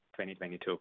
2022